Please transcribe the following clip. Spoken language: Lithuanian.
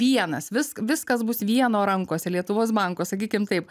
vienas vis viskas bus vieno rankose lietuvos banko sakykim taip